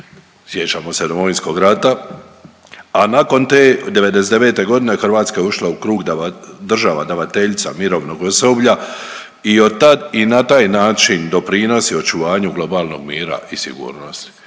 sjećamo se Domovinskog rata, a nakon te '99.g. Hrvatska je ušla u krug država davateljica mirovnog osoblja i od tad i na taj način doprinosi očuvanju globalnog mira i sigurnosti.